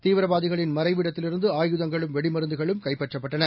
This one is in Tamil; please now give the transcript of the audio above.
தீவிரவாதிகளின் மறைவிடத்திலிருந்து ஆயுதங்களும் வெடிமருந்துகளும் கைப்பற்றப்பட்டன